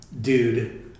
dude